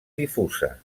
difusa